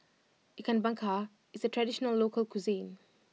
Ikan Bakar is a traditional local cuisine